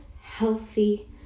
healthy